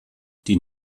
die